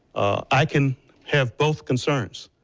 i can have both concerns.